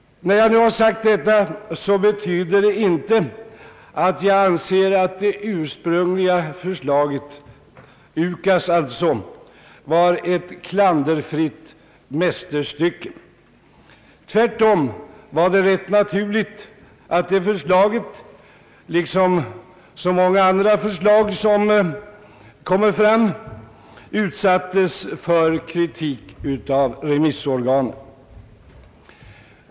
När jag nu sagt detta betyder det inte att jag anser det ursprungliga förslaget — UKAS alltså — vara ett klanderfritt mästerstycke. Tvärtom var det rätt naturligt att det förslaget, liksom så många andra, utsattes för kritik av remissorganen.